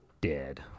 dead